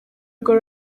bwo